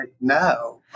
no